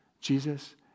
Jesus